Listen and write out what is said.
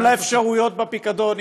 גם לאפשרויות בפיקדון,